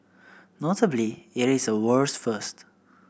notably it is a world's first